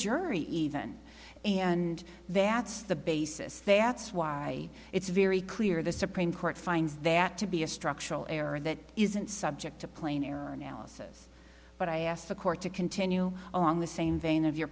jury even and that's the basis they at suai it's very clear the supreme court finds that to be a structural error that isn't subject to plain error analysis but i ask the court to continue along the same vein of your